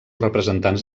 representants